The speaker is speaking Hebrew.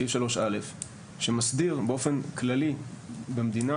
סעיף 3(א) שמסדיר באופן כללי במדינה